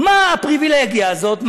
מה הפריבילגיה הזאת?